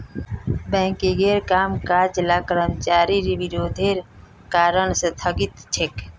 बैंकिंगेर कामकाज ला कर्मचारिर विरोधेर कारण स्थगित छेक